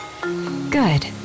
Good